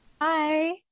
hi